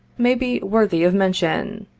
may be worthy of mention.